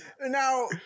Now